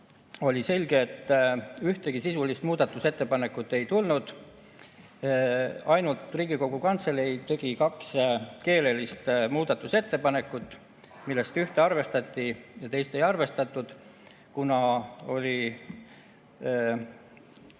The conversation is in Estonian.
lugemiseks. Ühtegi sisulist muudatusettepanekut ei tulnud. Ainult Riigikogu Kantselei tegi kaks keelelist muudatusettepanekut, millest ühte arvestati ja teist ei arvestatud, kuna oli